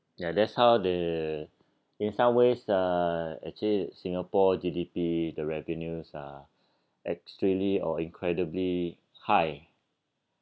ya that's how the in some ways uh actually singapore G_D_P the revenues are extremely or incredibly high